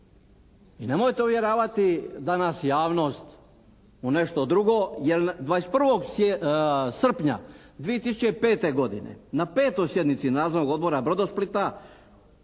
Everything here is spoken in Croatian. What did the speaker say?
i nemojte uvjeravati danas javnost u nešto drugo. Jer 21. srpnja 2005. godine na 5. sjednici Nadzornog odbora Brodosplita